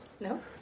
no